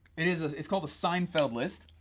it is ah is called a seinfeld list,